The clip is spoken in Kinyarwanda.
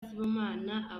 sibomana